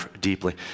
deeply